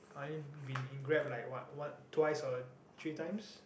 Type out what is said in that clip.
I only been in Grab in like what one twice or three times